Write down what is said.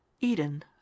Eden